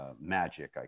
magic